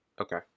Okay